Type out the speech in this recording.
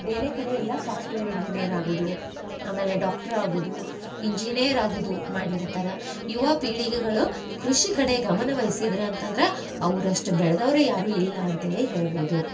ಬೇರೆ ಕಡೆಯೆಲ್ಲ software engineer ಆಗುದು ಆಮೇಲೆ ಡಾಕ್ಟ್ರ್ ಆಗುದು ಇಂಜಿನಿಯರ್ ಆಗುದು ಮಾಡ್ಲಿಕತ್ತಾರ ಯುವ ಪೀಳಿಗೆಗಳು ಕೃಷಿ ಕಡೆ ಗಮನವಹಿಸಿದ್ರೆ ಅಂತಂದ್ರೆ ಅವ್ರು ಅಷ್ಟು ಬೆಳ್ದವ್ರೆ ಯಾರು ಇಲ್ಲ ಅಂತ್ಹೇಳಿ ಹೇಳ್ಬೋದು